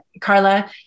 Carla